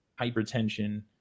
hypertension